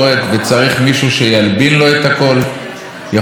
ואני יכול לתת לך אפילו את המשרד הכי חשוב לי,